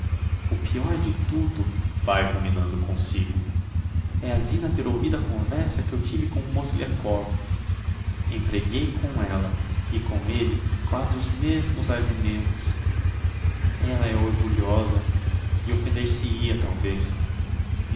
o peor de tudo vae ruminando comsigo é a zina ter ouvido a conversa que eu tive com o mozgliakov empreguei com ella e com elle quasi que os mesmos argumentos ella é orgulhosa e offender se hia talvez